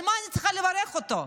על מה אני צריכה לברך אותו?